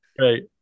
Right